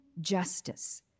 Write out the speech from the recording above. justice